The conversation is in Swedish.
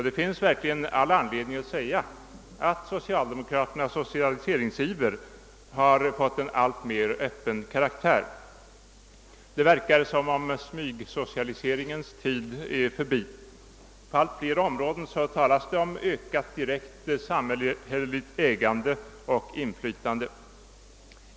Det finns all anledning att säga att socialdemokraternas socialiseringsiver fått en alltmer öppen karaktär. Det verkar som om smygsocialiseringens tid är förbi. På allt flera områden talas om ökat samhällsägande och inflytande.